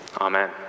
Amen